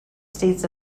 states